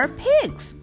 pigs